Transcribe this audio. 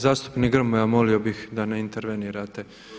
Zastupnik Grmoja molio bih da ne intervenirate.